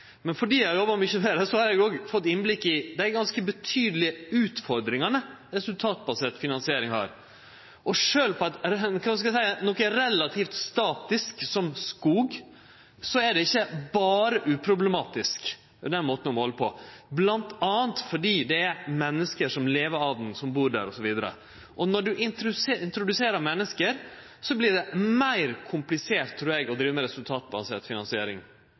Men fordi eg har jobba mykje med dette området, har eg òg fått innblikk i dei ganske betydelege utfordringane knytt til resultatbasert finansiering. Og sjølv når det gjeld noko relativt statisk som skog, er ikkje den måten å måle på berre uproblematisk, bl.a. fordi det er menneske som lever av han, som bur der, osv. Når ein introduserer menneske, så vert det, trur eg, meir komplisert å drive med resultatbasert finansiering.